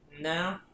No